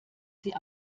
sie